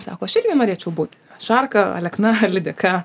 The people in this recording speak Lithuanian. sako aš irgi norėčiau būti šarka alekna lydeka